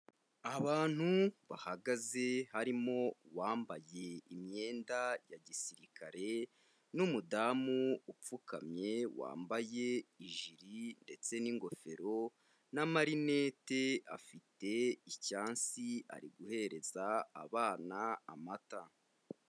Abantu bahagaze harimo uwambaye imyenda ya gisirikare n'umudamu upfukamye wambaye ijiri ndetse n'ingofero n'amarinete, afite icyansi ari guhereza abana amata.